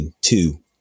two